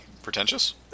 Pretentious